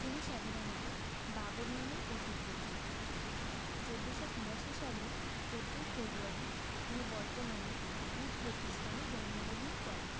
তিনি সাধারণত বাবর নামেই অধিক পরিচিত চোদ্দোশো তিরাশি সালের চোদ্দোই ফেব্রুয়ারি তিনি বর্তমানে উজবেকিস্তানে জন্মগ্রহণ করেন